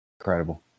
Incredible